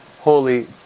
Holy